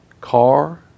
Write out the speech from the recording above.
car